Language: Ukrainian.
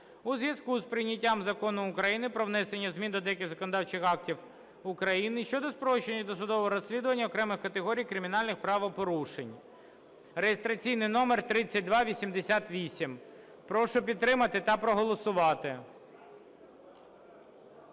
у зв'язку з прийняттям Закону України "Про внесення змін до деяких законодавчих актів України щодо спрощення досудового розслідування окремих категорій кримінальних правопорушень" (реєстраційний номер 3288). Прошу підтримати та проголосувати.